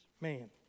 Man